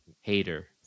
hater